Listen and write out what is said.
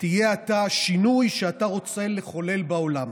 תהיה אתה השינוי שאתה רוצה לחולל בעולם,